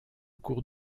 cours